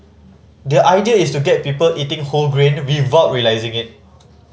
the idea is to get people eating whole grain without realising it